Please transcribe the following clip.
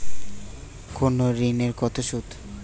কোন ঋণে কত সুদ?